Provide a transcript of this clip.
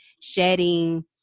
shedding